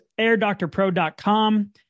airdoctorpro.com